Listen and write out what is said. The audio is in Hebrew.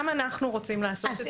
גם אנחנו רוצים לעשות את האיזונים.